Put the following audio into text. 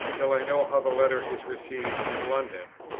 till i know how the letter is received in london.